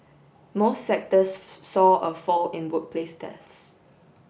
most sectors saw a fall in workplace deaths